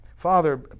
Father